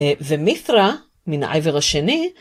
ומיתרה, מן העבר השני,